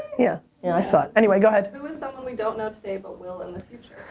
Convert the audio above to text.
yeah and i saw it. anyway, go ahead. who is someone we don't know today, but will in the future?